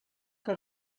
que